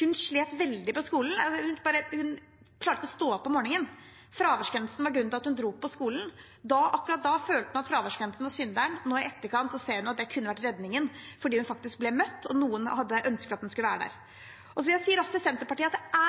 hun slet veldig på skolen, hun klarte ikke å stå opp om morgenen. Fraværsgrensen var grunnen til at hun dro på skolen. Akkurat da følte hun at fraværsgrensen var synderen, men nå i etterkant ser hun at det kunne vært redningen fordi hun faktisk ble møtt, og at noen ønsket at hun skulle være der. Så vil jeg si raskt til Senterpartiet: Det er